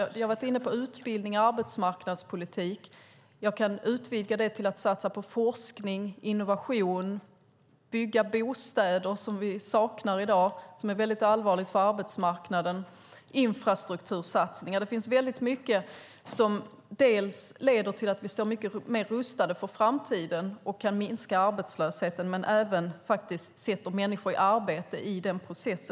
Jag har varit inne på utbildning och arbetsmarknadspolitik. Jag kan utvidga det till att man kan satsa på forskning och innovation och bygga bostäder som vi saknar i dag och som är allvarligt för arbetsmarknaden. Man kan satsa på infrastruktursatsningar. Det finns mycket som leder till att vi står mycket mer rustade för framtiden och kan minska arbetslösheten men som även sätter människor i arbete i denna process.